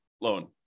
loan